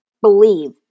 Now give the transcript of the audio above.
Believe